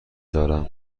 دارم